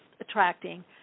attracting